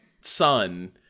son